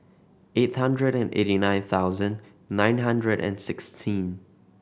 eight hundred and eighty nine thousand nine hundred and sixteen